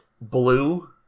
blue